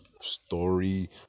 story